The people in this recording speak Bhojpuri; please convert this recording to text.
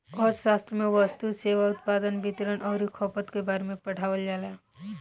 अर्थशास्त्र में वस्तु, सेवा, उत्पादन, वितरण अउरी खपत के बारे में पढ़ावल जाला